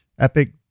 Epic